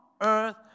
earth